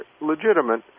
legitimate